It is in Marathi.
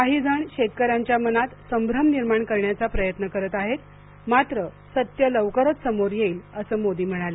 काही जण शेतकऱ्यांच्या मनात संभ्रम निर्माण करण्याचा प्रयत्न करत आहेत मात्र सत्य लवकरच समोर येईल असं मोदी म्हणाले